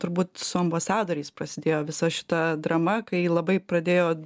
turbūt su ambasadoriais prasidėjo visa šita drama kai labai pradėjo